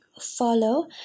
follow